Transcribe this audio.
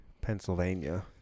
Pennsylvania